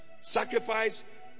Sacrifice